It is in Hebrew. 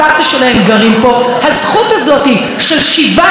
הזכות הזאת של שיבת ציון מוקנית ליהודים.